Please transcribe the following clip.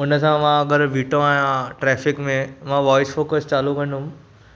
उन सां मां अगरि बीठो आहियां ट्रैफिक में वोइस फोकस चालू कन्दुमि